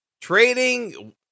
trading